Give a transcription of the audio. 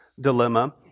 dilemma